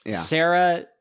Sarah